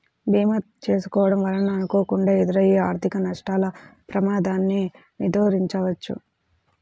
భీమా చేసుకోడం వలన అనుకోకుండా ఎదురయ్యే ఆర్థిక నష్టాల ప్రమాదాన్ని నిరోధించవచ్చు